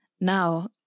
Now